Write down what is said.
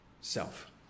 self